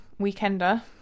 weekender